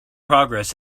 progress